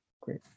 Great